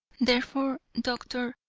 therefore, doctor,